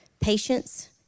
patience